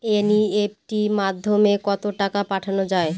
NEFT মাধ্যমে কত টাকা পাঠানো যায়?